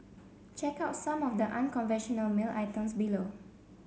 check out some of the unconventional mail items below